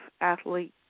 athlete